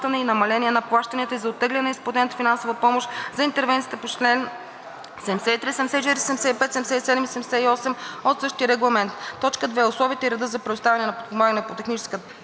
и намаления на плащанията и за оттегляне на изплатената финансова помощ за интервенциите по чл. 73, 74, 75, 77 и 78 от същия регламент; 2. условията и реда за предоставяне на подпомагане по техническа